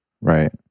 Right